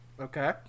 Okay